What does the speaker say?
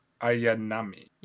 Ayanami